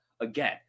again